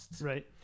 Right